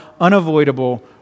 unavoidable